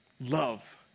Love